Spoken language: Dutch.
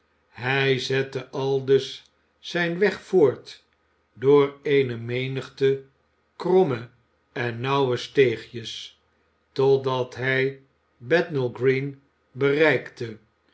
hij zette aldus zijn weg voort door eene menigte kromme en nauwe steegjes totdat hij bethnal green bereikte